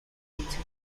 between